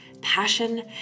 passion